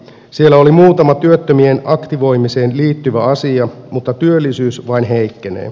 siellä oli muutama työttömien aktivoimiseen liittyvä asia mutta työllisyys vain heikkenee